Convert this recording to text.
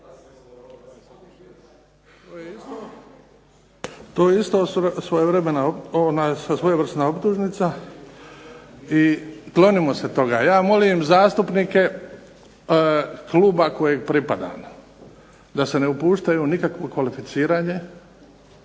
svojevremena, svojevrsna optužnica i klonimo se toga. Ja molim zastupnike kluba kojem pripadam da se ne upuštaju u nikakvo kvalificiranje,